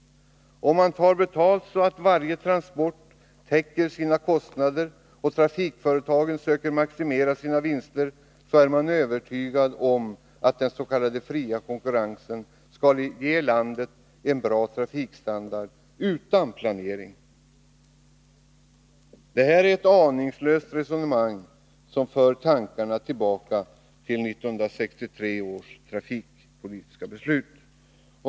Om man tar betalt så att varje transport täcker sina kostnader och trafikföretagen söker maximera sina vinster, så är man övertygad om att den s.k. fria konkurrensen skall ge landet en bra trafikstandard utan planering. Men det är ett aningslöst resonemang som för tankarna tillbaka till 1963 års trafikpolitiska beslut.